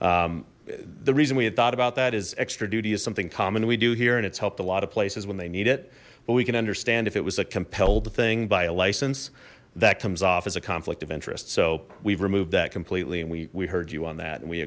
security the reason we had thought about that is extra duty is something common we do here and it's helped a lot of places when they need it but we can understand if it was a compelled thing by a license that comes off as a conflict of interest so we've removed that completely and we we heard you on that and we